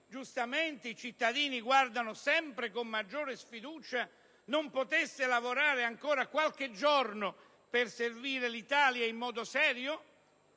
giustamente i cittadini guardano con sempre maggiore sfiducia, non poteva lavorare ancora qualche giorno, per servire l'Italia in modo serio?